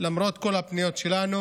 למרות כל הפניות שלנו.